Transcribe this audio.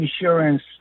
insurance